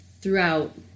throughout